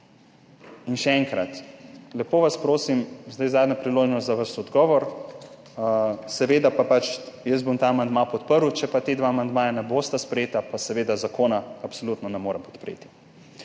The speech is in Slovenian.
Še enkrat, lepo vas prosim, zdaj je zadnja priložnost za vaš odgovor. Jaz bom ta amandma podprl. Če ta dva amandmaja ne bosta sprejeta, pa seveda zakona absolutno ne morem podpreti.